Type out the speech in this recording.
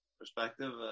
perspective